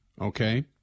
okay